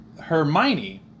Hermione